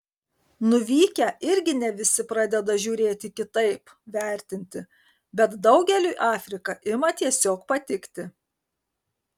nuvykę irgi ne visi pradeda žiūrėti kitaip vertinti bet daugeliui afrika ima tiesiog patikti